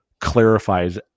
clarifies